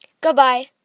Goodbye